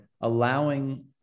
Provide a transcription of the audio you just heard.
allowing